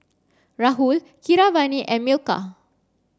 Rahul Keeravani and Milkha